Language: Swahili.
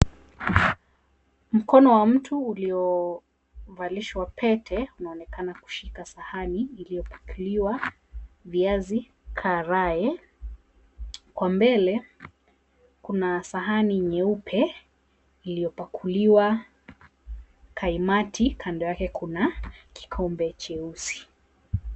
Mkono wa mtu uliovalishwa pete unaonekana kushika sahani iliyopakuliwa viazi karai. Kwa mbele kuna sahani nyeupe iliyopakuliwa kaimati, kando yake kuna kikombe cheusi.